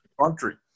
country